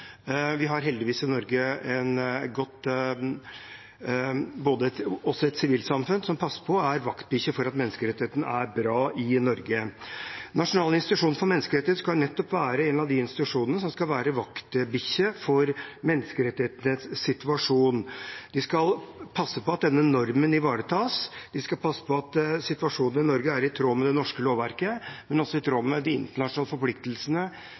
Vi har heldigvis også et sivilsamfunn i Norge som passer på og er vaktbikkje for at menneskerettighetssituasjonen i Norge er bra. Norges nasjonale institusjon for menneskerettigheter, NIM, skal nettopp være en av de institusjonene som skal være vaktbikkje for menneskerettighetenes situasjon. De skal passe på at denne normen ivaretas. De skal passe på at menneskerettighetssituasjonen i Norge er i tråd med det norske lovverket, men også i tråd med de internasjonale forpliktelsene,